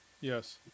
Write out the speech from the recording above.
Yes